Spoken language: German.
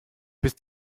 bist